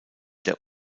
der